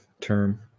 term